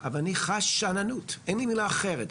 לימוד מתמטיקה, אנגלית וגיאוגרפיה משותפת.